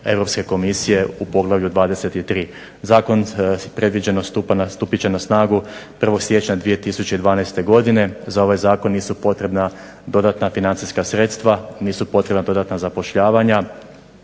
Europske komisije u poglavlju 23. Zakon predviđeno stupit će na snagu 1. siječnja 2012. godine. Za ovaj Zakon nisu potrebna dodatna financijska sredstva, nisu potrebna dodatna zapošljavanja,